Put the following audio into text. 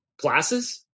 classes